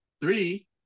Three